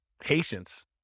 Patience